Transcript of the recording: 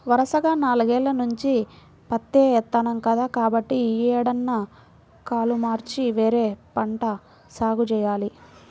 వరసగా నాలుగేల్ల నుంచి పత్తే ఏత్తన్నాం కదా, కాబట్టి యీ ఏడన్నా కాలు మార్చి వేరే పంట సాగు జెయ్యాల